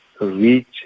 reach